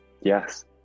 Yes